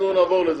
יגידו נעבור לזה,